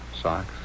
Socks